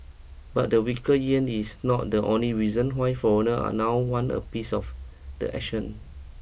but the weaker yen is not the only reason why foreigner are now want a piece of the action